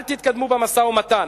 אל תתקדמו במשא-ומתן,